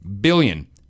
billion